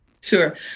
Sure